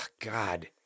God